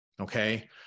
Okay